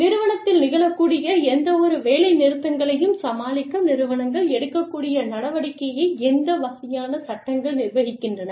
நிறுவனத்தில் நிகழக்கூடிய எந்தவொரு வேலை நிறுத்தங்களையும் சமாளிக்க நிறுவனங்கள் எடுக்கக்கூடிய நடவடிக்கையை எந்த வகையான சட்டங்கள் நிர்வகிக்கின்றன